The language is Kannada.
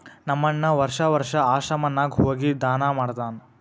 ನಮ್ ಅಣ್ಣಾ ವರ್ಷಾ ವರ್ಷಾ ಆಶ್ರಮ ನಾಗ್ ಹೋಗಿ ದಾನಾ ಮಾಡ್ತಾನ್